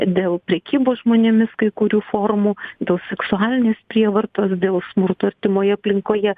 dėl prekybos žmonėmis kai kurių formų dėl seksualinės prievartos dėl smurto artimoje aplinkoje